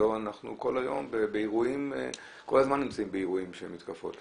אנחנו כל הזמן נמצאים באירועים של מתקפות.